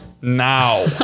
now